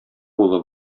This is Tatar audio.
улы